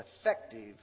effective